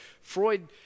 freud